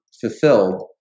fulfilled